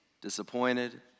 disappointed